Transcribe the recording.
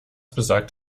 besagt